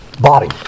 body